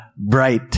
bright